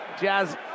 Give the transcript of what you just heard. Jazz